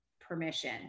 permission